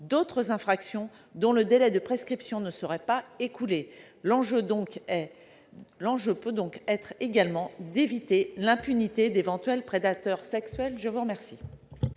d'autres infractions dont le délai de prescription ne serait pas écoulé. L'enjeu peut donc être également d'éviter l'impunité d'éventuels prédateurs sexuels. La parole